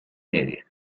media